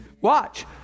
Watch